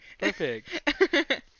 Perfect